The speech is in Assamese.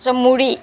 মুৰি